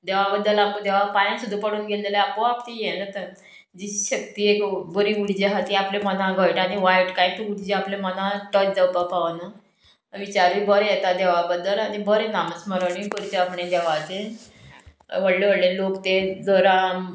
देवा बद्दल आपूण देवाक पांयान सुद्दां पडून गेले जाल्यार आपोआप ती हें जाता जी शक्ती एक बरी उर्जा आहा ती आपले मनाक घट आनी वायट कांय ती उर्जा आपले मनाक टच जावपाक पावना विचारूय बरें येता देवा बद्दल आनी बरें नामस्मरणूय करचें आपणे देवाचें व्हडले व्हडले लोक ते जो राम